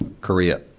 Korea